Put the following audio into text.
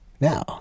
Now